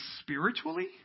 spiritually